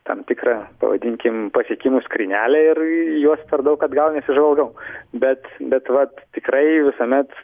tam tikrą pavadinkim pasiekimų skrynelę ir į juos per daug atgal nesižvalgau bet bet vat tikrai visuomet